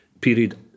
period